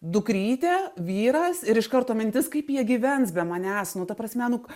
dukrytė vyras ir iš karto mintis kaip jie gyvens be manęs nu ta prasme nu